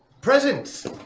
presents